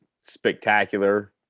spectacular